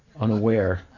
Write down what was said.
unaware